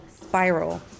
spiral